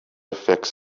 effects